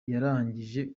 yararangije